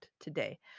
today